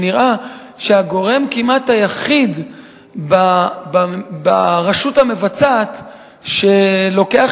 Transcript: שנראה שהגורם כמעט היחיד ברשות המבצעת שלוקח